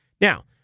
Now